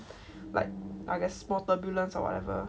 like I guess small turbulence or whatever